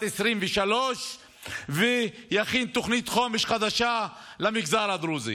2023 ויכין תוכנית חומש חדשה למגזר הדרוזי.